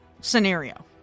scenario